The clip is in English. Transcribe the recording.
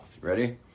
Ready